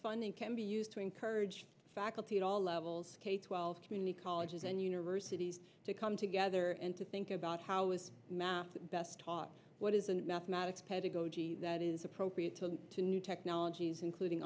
funding can be used to encourage faculty at all levels k twelve community colleges and universities to come together and to think about how is math best taught what is the mathematics pedagogy that is appropriate to new technologies including